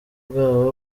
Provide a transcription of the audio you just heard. bwabo